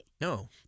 No